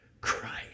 Christ